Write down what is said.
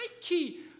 key